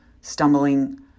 stumbling